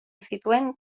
zituen